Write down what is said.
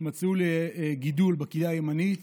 מצאו לי גידול בכליה הימנית.